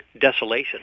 desolation